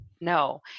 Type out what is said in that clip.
no